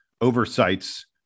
oversights